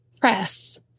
press